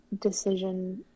decision